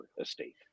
estate